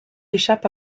échappe